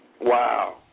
Wow